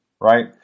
right